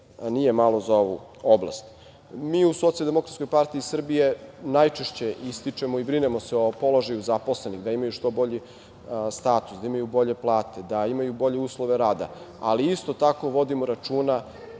nije malo za ovu oblast. Mi u SDPS najčešće ističemo i brinemo se o položaju zaposlenih, da imaju što bolji status, da imaju bolje plate, da imaju bolje uslove rada, ali isto tako vodimo računa